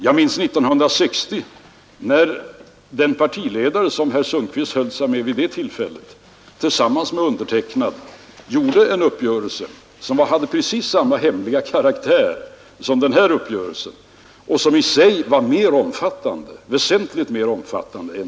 Jag minns hur den partiledare som herr Sundkvist höll sig med 1960 tillsammans med mig träffade en uppgörelse, som hade precis samma hemliga karaktär som den här och som i sig var väsentligt mer omfattande.